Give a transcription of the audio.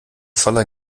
voller